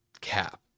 cap